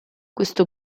questo